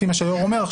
לפי מה שהיו"ר אמר,